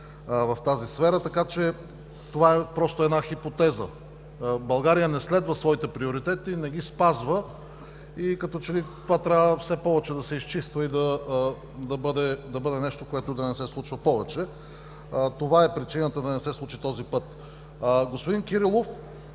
в тази сфера. Това е просто хипотеза. България не следва своите приоритети, не ги спазва и като че ли това трябва все повече да се изчиства и да бъде нещо, което да не се случва повече. Такава е причината да не се случи този път. Господин Кирилов,